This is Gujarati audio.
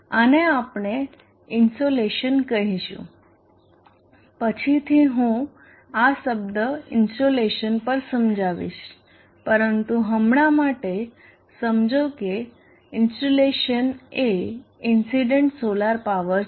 આને આપણે ઇન્સોલેશન કહીશું પછીથી હું આ શબ્દ ઇન્સોલેશન પર સમજાવીશ પરંતુ હમણા માટે સમજો કે ઇન્સ્યુલેશન એ ઇન્સીડન્ટ સોલાર પાવર છે